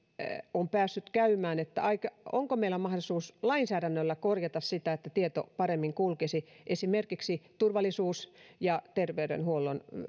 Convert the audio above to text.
on päässyt käymään ja onko meillä mahdollisuus lainsäädännöllä korjata sitä että tieto paremmin kulkisi esimerkiksi turvallisuus ja terveydenhuollon